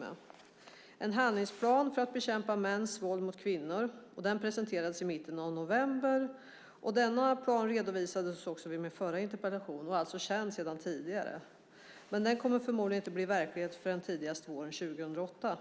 Den första är en handlingsplan för att bekämpa mäns våld mot kvinnor, presenterad i mitten av november. Denna plan redovisades också vid min förra interpellationsdebatt och var alltså känd sedan tidigare. Men den kommer förmodligen inte att bli verklighet förrän tidigast våren 2008.